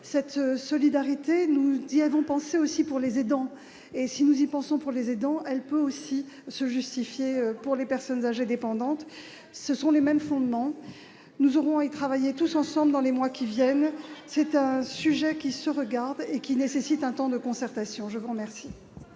fortune ?... nous y avons pensé aussi pour les aidants. Si nous y pensons pour les aidants, cela peut aussi se justifier pour les personnes âgées dépendantes : ce sont les mêmes fondements. Nous aurons à y travailler tous ensemble dans les mois qui viennent. Le sujet doit être examiné. Il nécessite un temps de concertation. La parole